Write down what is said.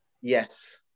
Yes